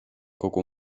kogu